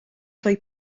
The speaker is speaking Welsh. rhoi